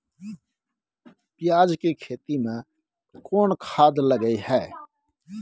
पियाज के खेती में कोन खाद लगे हैं?